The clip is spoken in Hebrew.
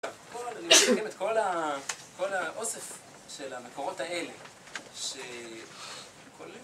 מארגן את כל ה... כל האוסף של המקורות האלה, שכוללים